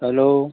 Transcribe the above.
hello